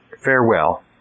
farewell